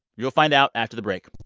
you'll find out after the break